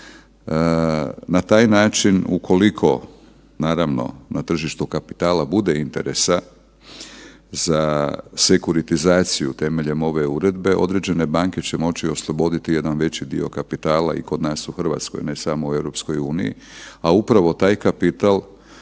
na taj način u koliko naravno na tržištu kapitala bude interesa za sekuritizaciju temeljem ove uredbe, određene banke će moći osloboditi jedan veći dio kapitala i kod nas u Hrvatskoj, ne samo u EU, a upravo taj kapital